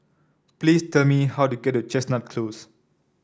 please tell me how to get to Chestnut Close